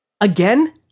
Again